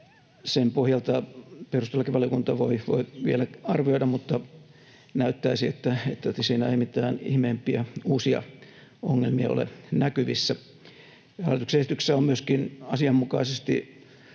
sen pohjalta perustuslakivaliokunta voi vielä arvioida, mutta näyttäisi, että siinä ei mitään ihmeempiä uusia ongelmia ole näkyvissä. Hallituksen esityksessä on myöskin asianmukaisesti